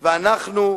ואנחנו,